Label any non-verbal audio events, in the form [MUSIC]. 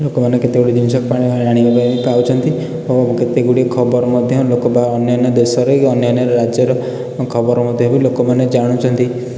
ଲୋକମାନେ କେତେଗୁଡ଼ିଏ ଜିନିଷ [UNINTELLIGIBLE] ପାଉଛନ୍ତି ଓ କେତେଗୁଡ଼ିଏ ଖବର ମଧ୍ୟ ଲୋକ ବା ଅନ୍ୟାନ୍ୟ ଦେଶର କି ଅନ୍ୟାନ୍ୟ ରାଜ୍ୟର ଖବର ମଧ୍ୟ ବି ଲୋକମାନେ ଜାଣୁଛନ୍ତି